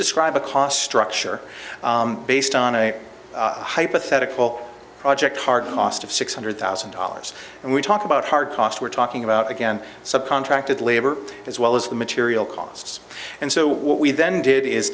describe a cost structure based on a hypothetical project car cost of six hundred thousand dollars and we talk about hard cost we're talking about again subcontracted labor as well as the material costs and so what we then did is